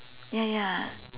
ya ya